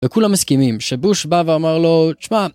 וכולם מסכימים שבוש בא ואמר לו תשמע.